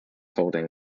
holding